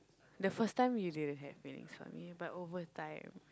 the first time you didn't had feelings for me but over time